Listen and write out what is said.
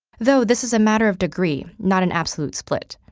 though this is a matter of degree, not an absolute split.